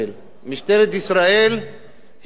משטרת ישראל היא החוק,